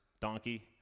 donkey